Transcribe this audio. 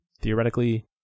theoretically